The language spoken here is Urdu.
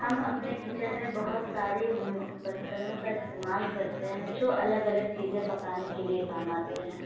ہم اپنے کچن میں بہت سارے برتنوں کا استعمال کرتے ہیں جو الگ الگ چیزیں پکانے کے لیے کام آتے ہیں